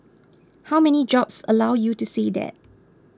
how many jobs allow you to say that